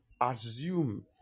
assume